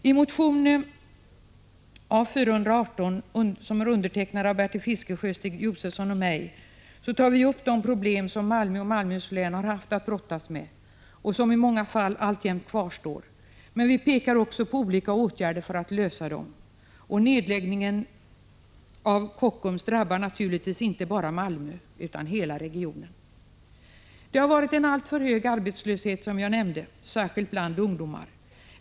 I motion A418, som är undertecknad av Bertil Fiskesjö, Stig Josefson och mig, tar vi upp de problem som Malmö och Malmöhus län har haft att brottas med och som i många fall alltjämt kvarstår. Vi pekar också på olika åtgärder för att lösa dem. Nedläggningen av Kockums drabbar naturligtvis inte bara Malmö, utan hela regionen. Som jag nämnde har arbetslösheten varit alltför hög, särskilt bland ungdomar.